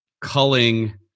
culling